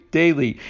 daily